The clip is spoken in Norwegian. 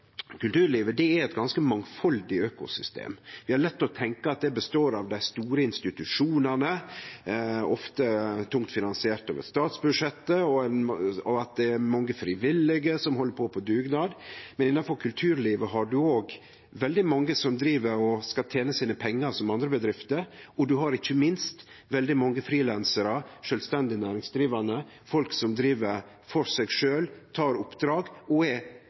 det består av dei store institusjonane, ofte tungt finansiert over statsbudsjettet, og at det er mange frivillige som held på på dugnad. Men innanfor kulturlivet har ein òg veldig mange som driv og skal tene pengane sine, slik som andre bedrifter, og ein har ikkje minst veldig mange frilansarar, sjølvstendig næringsdrivande, folk som driv for seg sjølv, tek oppdrag og er